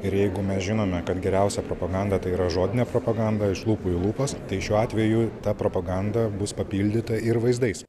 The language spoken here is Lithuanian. ir jeigu mes žinome kad geriausia propaganda tai yra žodinė propaganda iš lūpų į lūpas tai šiuo atveju ta propaganda bus papildyta ir vaizdais